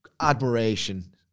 admiration